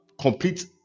complete